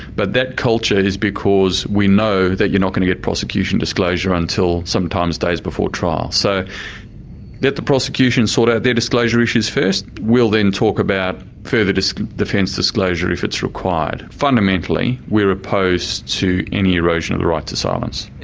but that culture is because we know that you're not going to get prosecution disclosure until sometimes days before trial. so let the prosecution sort out their disclosure issues first, we'll then talk about further so defence disclosure if it's required. fundamentally, we're opposed to any erosion of the right to silence.